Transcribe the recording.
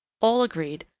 all agreed,